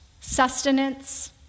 sustenance